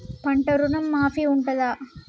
పంట ఋణం మాఫీ ఉంటదా?